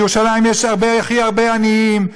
בירושלים יש הכי הרבה עניים.